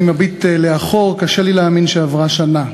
מביט לאחור קשה לי להאמין שעברה שנה.